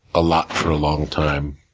a lot for a long time,